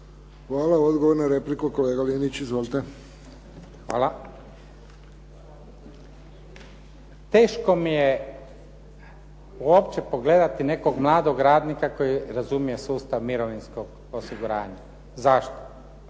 Hvala. Odgovor na repliku kolega Linić. Izvolite. **Linić, Slavko (SDP)** Hvala. Teško mi je uopće pogledati nekog mladog radnika koji razumije sustav mirovinskog osiguranja. Zašto?